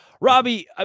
Robbie